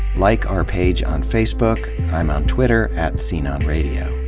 like our page on facebook, i'm on twitter, at sceneonradio.